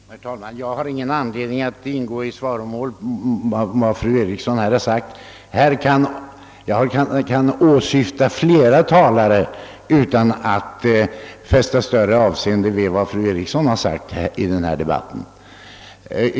Herr talman! Jag har ingen anledning att ingå i svaromål på vad fru Eriksson har sagt. Jag kan ha åsyftat flera talare utan att behöva ha fäst något avseende vid vad fru Eriksson sagt i denna debatt.